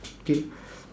okay